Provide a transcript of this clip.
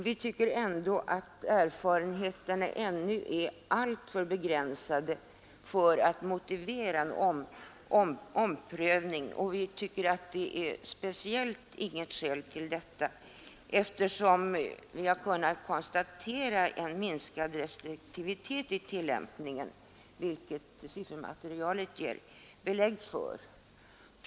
Vi tycker ändå att erfarenheterna ännu är alltför begränsade för att motivera en omprövning av tidigare riktlinjer, speciellt då vi kunnat konstatera en minskad restriktivitet i tillämpningen, vilket siffermaterialet ger belägg för.